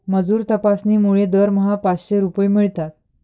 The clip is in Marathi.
मजूर तपासणीमुळे दरमहा पाचशे रुपये मिळतात